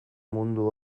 mundu